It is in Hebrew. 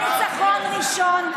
ניצחון ראשון.